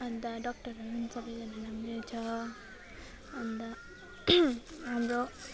अन्त डक्टरहरू पनि सबैजना राम्रै छ अन्त हाम्रो